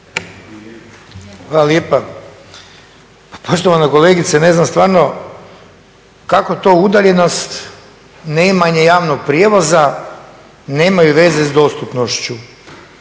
Hvala lijepa. Poštovana kolegice ne znam stvarno kako to udaljenost, neimanje javnog prijevoza nemaju veze s dostupnošću.